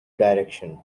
direction